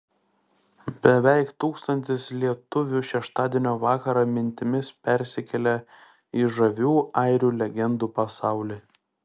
beveik tūkstantis lietuvių šeštadienio vakarą mintimis persikėlė į žavių airių legendų pasaulį